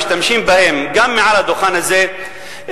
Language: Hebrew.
משתמשים בהן גם מעל הדוכן הזה,